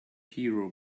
hero